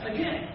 Again